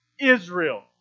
Israel